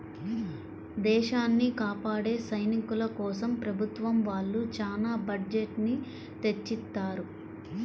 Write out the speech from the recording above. దేశాన్ని కాపాడే సైనికుల కోసం ప్రభుత్వం వాళ్ళు చానా బడ్జెట్ ని తెచ్చిత్తారు